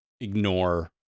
ignore